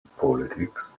politics